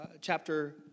chapter